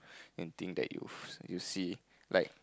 main thing that you've you see like